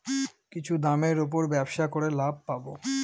কিছুর দামের উপর ব্যবসা করে লাভ পাবো